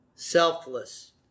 selfless